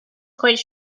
quite